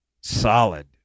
solid